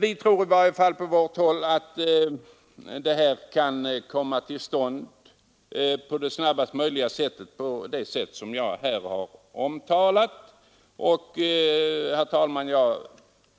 Vi på vårt håll tror att denna utbildning kan komma till stånd snabbast på det sätt som jag har omtalat. Herr talman! Jag